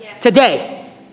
today